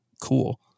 cool